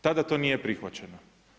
Tada to nije prihvaćeno.